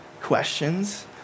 questions